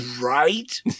Right